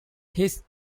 his